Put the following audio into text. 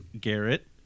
Garrett